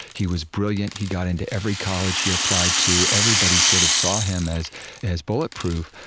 he was brilliant. he got into every college he applied to. everybody sort of saw him as as bulletproof.